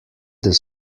this